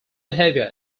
behavior